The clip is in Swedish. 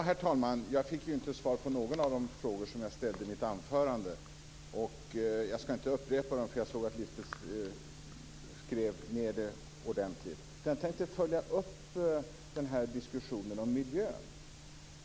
Herr talman! Jag fick inte svar på någon av de frågor som jag ställde i mitt anförande. Jag skall inte upprepa dem, för jag såg att Lisbeth skrev ned dem ordentligt. Jag tänkte följa upp diskussionen om miljön.